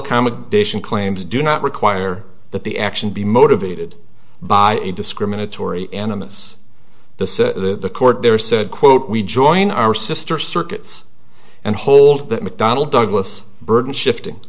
accommodation claims do not require that the action be motivated by a discriminatory animists the court there said quote we join our sister circuits and hold that mcdonnell douglas burton shifting